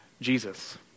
Jesus